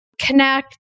connect